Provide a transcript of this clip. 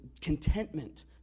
Contentment